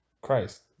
Christ